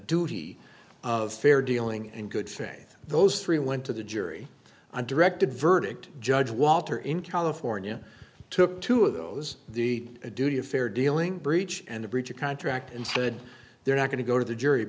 duty of fair dealing and good thing those three went to the jury and directed verdict judge walter in california took two of those the duty of fair dealing breach and a breach of contract and stood there not going to go to the jury